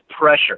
pressure